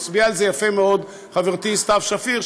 הצביעה על זה יפה מאוד חברתי סתיו שפיר,